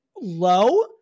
low